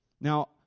Now